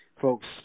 folks